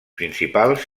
principals